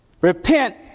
repent